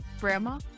grandma